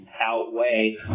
outweigh